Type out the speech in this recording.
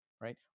right